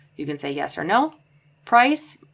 you can say yes or no price.